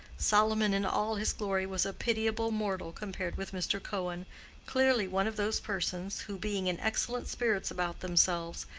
solomon in all his glory was a pitiable mortal compared with mr. cohen clearly one of those persons, who, being in excellent spirits about themselves,